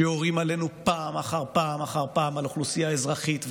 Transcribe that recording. שיורים עלינו פעם אחר פעם אחר פעם על אוכלוסייה אזרחית,